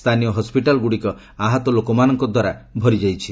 ସ୍ଥାନୀୟ ହସ୍କିଟାଲ୍ଗୁଡ଼ିକ ଆହତ ଲୋକମାନଙ୍କ ଦ୍ୱାରା ଭରି ଯାଇଛି